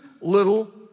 little